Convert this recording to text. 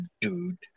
dude